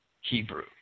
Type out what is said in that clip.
Hebrew